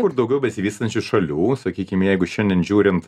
kur daugiau besivystančių šalių sakykim jeigu šiandien žiūrint